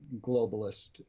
globalist